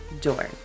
door